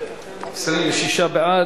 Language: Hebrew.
התשע"א 2011,